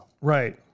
right